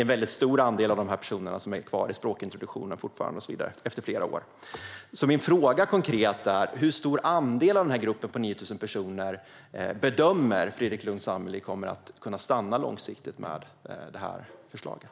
En väldigt stor andel av dessa personer är fortfarande kvar i språkintroduktion och så vidare efter flera år. Min konkreta fråga är därför: Hur stor andel av den här gruppen på 9 000 personer bedömer Fredrik Lundh Sammeli kommer att kunna stanna långsiktigt med det här förslaget?